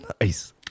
Nice